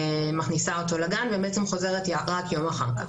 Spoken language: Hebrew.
מכניסה אותו לגן ובעצם חוזרת רק יום אחר כך.